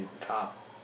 cop